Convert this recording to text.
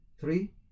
Three